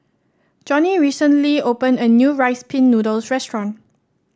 Jonnie recently opened a new Rice Pin Noodles restaurant